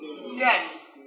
Yes